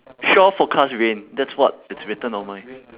shore forecast rain that's what it's written on mine